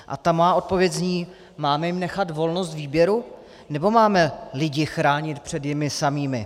A má odpověď zní: Máme jim nechat volnost výběru, nebo máme lidi chránit před nimi samými?